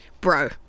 Bro